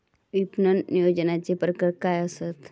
विपणन नियोजनाचे प्रकार काय आसत?